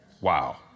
Wow